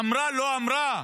אמרה או לא אמרה?